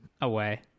away